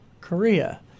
Korea